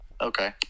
Okay